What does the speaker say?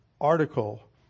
article